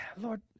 Lord